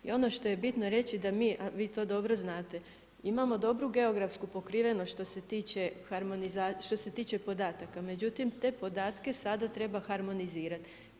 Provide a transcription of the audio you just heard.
I ono što je bitno reći, a vi to dobro znate, imamo dobru geografsku pokrivenost što se tiče podataka, međutim te podatke sada treba harmonizirati.